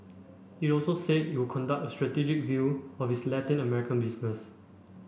it also said it would conduct a strategic review of its Latin American business